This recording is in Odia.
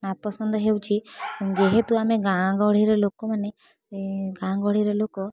ନାପସନ୍ଦ ହେଉଛି ଯେହେତୁ ଆମେ ଗାଁ ଗହଳିର ଲୋକମାନେ ଗାଁ ଗହଳିର ଲୋକ